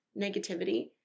negativity